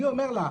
אני אומר לך,